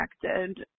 connected